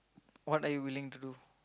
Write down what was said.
what are you willing to do